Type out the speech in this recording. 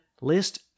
list